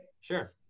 Sure